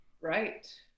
Right